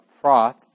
froth